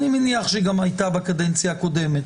אני מניח שהיא גם היתה בקדנציה הקודמת,